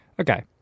Okay